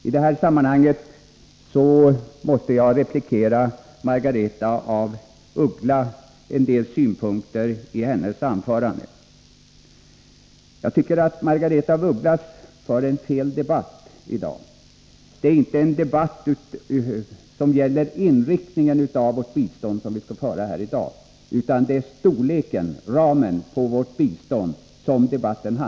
I det sammanhanget måste jag replikera Margaretha af Ugglas beträffande en del synpunkter i hennes anförande. Jag tycker att Margaretha af Ugglas för fel debatt i dag. Det är inte en debatt om inriktningen av vårt bistånd som vi skall föra, utan om biståndets storlek och ramen för det.